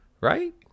right